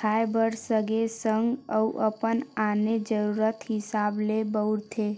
खाय बर सगे संग अउ अपन आने जरुरत हिसाब ले बउरथे